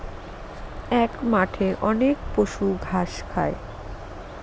এক মাঠে অনেক পশু ঘাস খায়